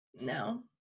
no